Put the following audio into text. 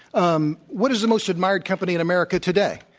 um what is the most admired company in america today?